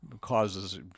causes